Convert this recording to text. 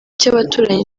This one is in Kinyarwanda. cy’abaturanyi